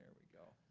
we go.